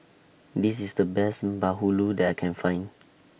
This IS The Best Bahulu that I Can Find